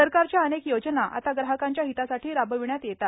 सरकारच्या अनेक योजना आता ग्राहकांच्या हितासाठी राबविण्यात येतात